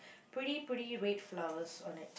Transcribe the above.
pretty pretty red flowers on it